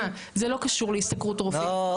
זה לא קשור להשתכרות רופאים.